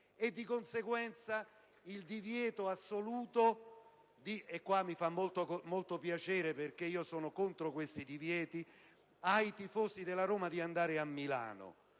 e di conseguenza, il divieto assoluto - e qua mi fa molto piacere perché sono contro questi divieti - ai tifosi della Roma di salire in